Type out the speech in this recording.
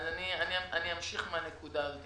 אדוני, אני אמשיך מהנקודה הזאת.